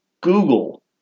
Google